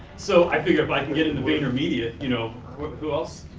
so i figure if i can get into bigger media you know who else